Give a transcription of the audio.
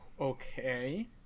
Okay